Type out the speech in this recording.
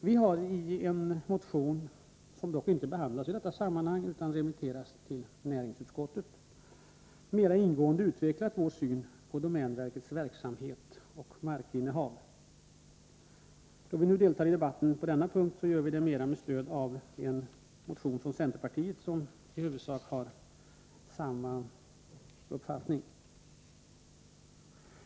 Vi har i en motion, som dock inte behandlats i detta sammanhang utan remitterats till näringsutskottet, mera ingående utvecklat vår syn på domänverkets verksamhet och markinnehav. Då vi nu deltar i debatten på denna punkt gör vi det mera med stöd av en motion från centerpartiet, i vilken framförs i huvudsak samma uppfattning.